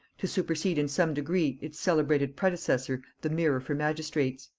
to supersede in some degree its celebrated predecessor the mirror for magistrates.